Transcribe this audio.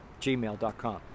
gmail.com